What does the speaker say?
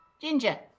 Ginger